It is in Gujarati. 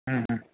હા